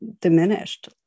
diminished